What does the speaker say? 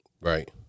Right